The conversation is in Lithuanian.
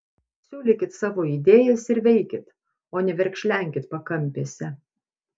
siūlykit savo idėjas ir veikit o ne verkšlenkit pakampėse